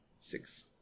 Six